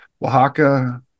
oaxaca